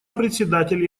председатель